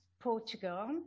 Portugal